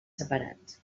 separats